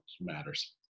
matters